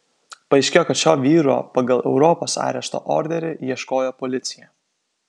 paaiškėjo kad šio vyro pagal europos arešto orderį ieškojo policija